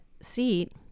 seat